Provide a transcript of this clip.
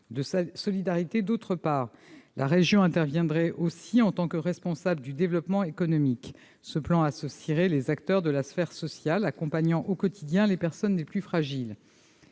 et de solidarité. La région interviendrait aussi en tant que responsable du développement économique. Ce plan associerait les acteurs de la sphère sociale accompagnant au quotidien les personnes les plus fragiles.